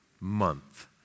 month